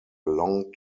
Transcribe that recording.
long